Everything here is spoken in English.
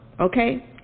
okay